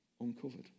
uncovered